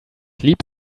lieb